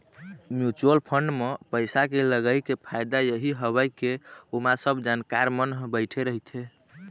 mutual fund म पइसा के लगई के फायदा यही हवय के ओमा सब जानकार मन ह बइठे रहिथे